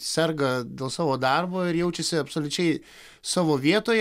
serga dėl savo darbo ir jaučiasi absoliučiai savo vietoje